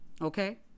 Okay